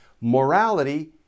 Morality